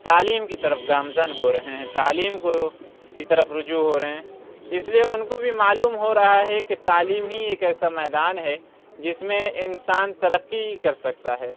تعلیم کی طرف گامزن ہو رہے ہیں تعلیم کو کی طرف رجوع ہو رہے ہیں اس لیے ان کو بھی معلوم ہو رہا ہے کہ تعلیم ہی ایک ایسا میدان ہے جس میں انسان ترقی کر سکتا ہے